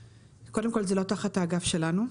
קודם כל, זה לא תחת האגף שלנו.